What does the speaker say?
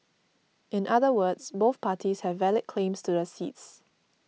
in other words both parties have valid claims to the seats